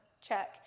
check